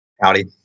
Howdy